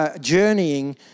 journeying